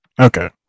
Okay